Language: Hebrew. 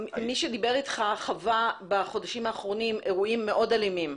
מי שדיבר אתך חווה בחודשים האחרונים אירועים מאוד אלימים.